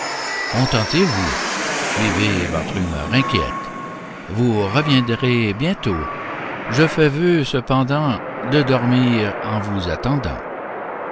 contentez-vous suivez votre humeur inquiète vous reviendrez bientôt je fais vœu cependant de dormir en vous attendant